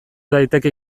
daiteke